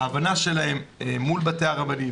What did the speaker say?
ההבנה שלהם מול הרבנים,